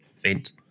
vent